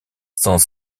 sont